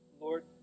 Lord